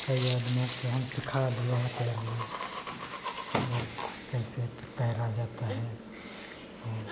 कई आदमियों को हमने सिखा दिया है तैरना मतलब कैसे तैरा जाता है और